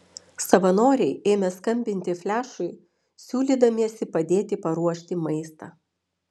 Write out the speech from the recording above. savanoriai ėmė skambinti flešui siūlydamiesi padėti paruošti maistą